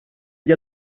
gli